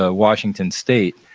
ah washington state,